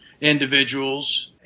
individuals